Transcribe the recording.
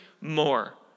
more